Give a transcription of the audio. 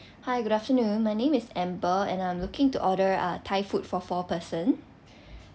hi good afternoon my name is amber and I'm looking to order uh thai food for four person